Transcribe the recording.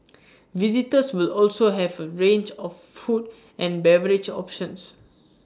visitors will also have A range of food and beverage options